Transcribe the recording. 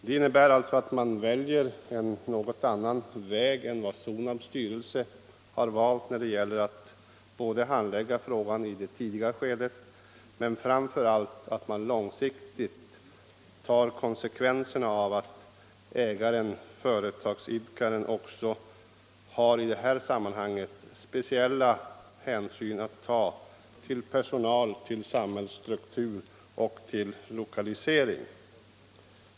Det innebär att man väljer en något annan väg än den Sonabs styrelse har valt när det gällt att handlägga frågan i det tidigare skedet men framför allt att man långsiktigt tar konsekvenserna av att ägaren—staten här har speciella hänsyn att ta till personal, till samhällsstruktur och till lokalisering.